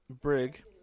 Brig